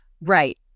Right